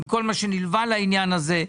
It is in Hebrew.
עם כל מה שנלווה לעניין הזה.